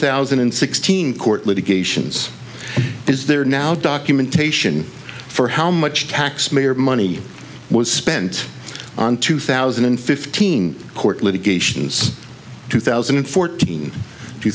thousand and sixteen court litigations is there now documentation for how much taxpayer money was spent on two thousand and fifteen court litigations two thousand and fourteen two